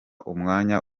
umwanya